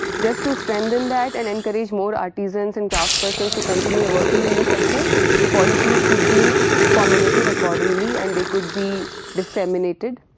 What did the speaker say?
just to strengthen that and encourage more artisans and craftsperson's to continue working in the sector the policies could be formulated accordingly and they could be disseminated.